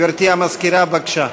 גברתי המזכירה, בבקשה.